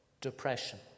depression